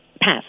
pass